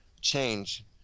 change